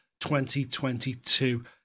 2022